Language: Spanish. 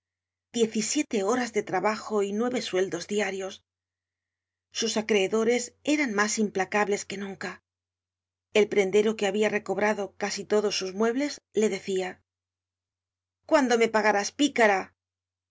siete horas de trabajo y nueve sueldos diarios sus acreedores eran mas implacables que nunca el prendero que habia recobrado casi todos sus muebles le decia cuándo me pagarás picara